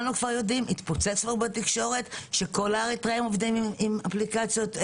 התפוצץ בתקשורת שכל האריתריאים עובדים עם אפליקציות פרוצות.